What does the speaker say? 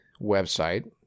website